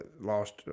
lost